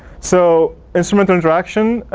so instrumental interaction